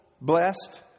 blessed